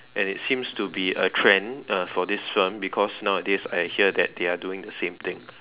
and it seems to be a trend uh for this firm because nowadays I hear that they are doing the same thing